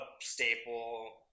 staple